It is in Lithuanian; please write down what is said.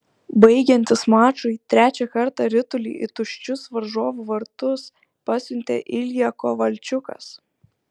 baigiantis mačui trečią kartą ritulį į tuščius varžovų vartus pasiuntė ilja kovalčiukas